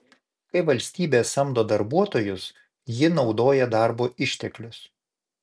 kai valstybė samdo darbuotojus ji naudoja darbo išteklius